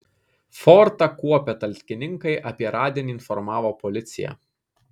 fortą kuopę talkininkai apie radinį informavo policiją